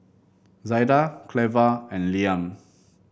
Zaida Cleva and Liam